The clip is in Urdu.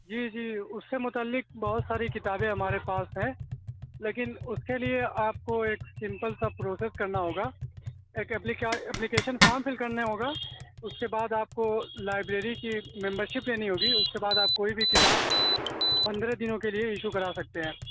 جی جی اس سے متعلق بہت ساری کتابیں ہمارے پاس ہیں لیکن اس کے لیے آپ کو ایک سمپل سا پروسیس کرنا ہوگا ایک اپ ایپلیکیشن فارم فل کرنے ہوگا اس کے بعد آپ کو لائبریری کی ممبرشپ لینی ہوگی اس کے بعد آپ کوئی بھی کتاب پندرہ دنوں کے لیے ایشو کرا سکتے ہیں